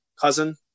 cousin